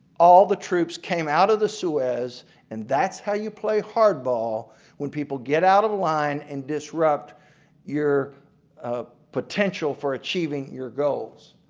all the troops came out of the suez and that's how you play hardball when people get out of line and disrupt your ah potential for achieving your goals.